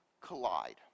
collide